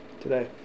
today